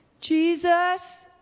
Jesus